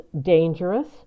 dangerous